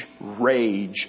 rage